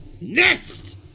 Next